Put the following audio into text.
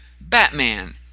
Batman